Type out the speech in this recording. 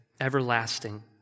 everlasting